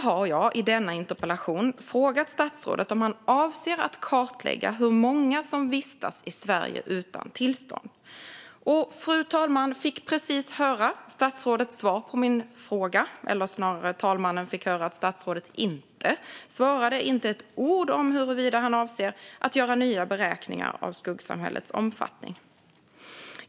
Jag har i min interpellation därför frågat statsrådet om han avser att kartlägga hur många som vistas i Sverige utan tillstånd. Fru talmannen fick precis höra statsrådets svar på min fråga - eller snarare att statsrådet inte besvarade den. Det sas inte att ord om huruvida han avser att göra nya beräkningar av skuggsamhällets omfattning.